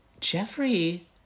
Jeffrey